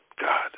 God